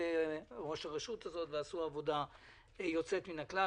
בראש הרשות הזאת שעשה עבודה יוצאת מן הכלל,